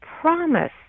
promise